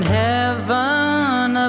heaven